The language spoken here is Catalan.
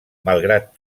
malgrat